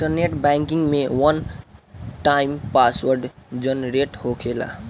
internet banking में one time password generate होखेला